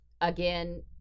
again